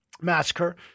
massacre